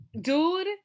dude